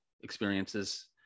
experiences